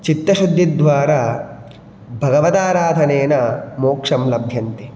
चित्तशुद्धिद्वारा भगवदाराधनेन मोक्षं लभ्यन्ते